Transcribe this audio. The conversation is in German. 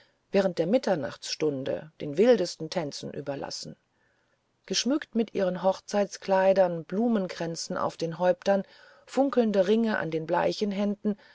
während der mitternachtsstunde den wildesten tänzen überlassen geschmückt mit ihren hochzeitkleidern blumenkränze auf den häuptern funkelnde ringe an den bleichen händen